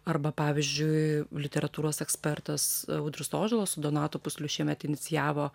arba pavyzdžiui literatūros ekspertas audrius ožalas su donatu pusliu šiemet inicijavo